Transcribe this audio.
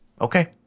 Okay